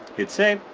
hit save,